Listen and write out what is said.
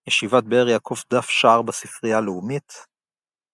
ישיבת באר יעקב, דף שער בספרייה הלאומית ==